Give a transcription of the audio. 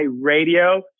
radio